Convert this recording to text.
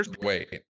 Wait